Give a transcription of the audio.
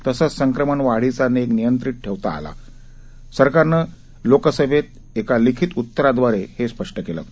तसंच संक्रमण वाढीचा वेग नियंत्रित ठेवता आला असं सरकारनं लोकसभेत लिखित उत्तराद्वारे स्पष्ट केलंय